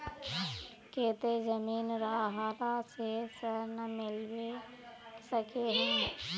केते जमीन रहला से ऋण मिलबे सके है?